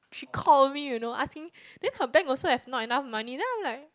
she call me you know asking then her bank also have not enough money then I'm like